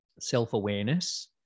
self-awareness